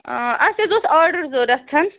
آ اَسہِ حظ اوس آرڈَر ضروٗرت